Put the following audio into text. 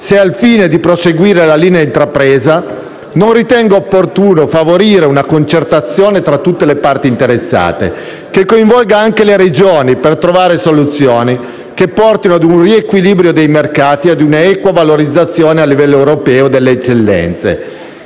se al fine di proseguire la linea intrapresa non ritenga opportuno favorire una concertazione tra tutte le parti interessate che coinvolga anche le Regioni, per trovare soluzioni che portino a un riequilibrio dei mercati e a un'equa valorizzazione a livello europeo delle eccellenze.